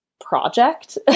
project